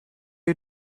you